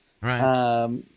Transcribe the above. Right